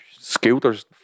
scooters